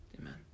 Amen